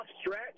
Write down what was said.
stretch